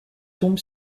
tombe